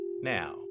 Now